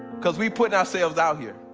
cause we put ourselves out here,